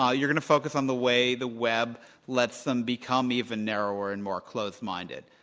ah you're going to focus on the way the web lets them become even narrower and more close minded.